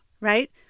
right